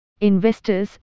Investors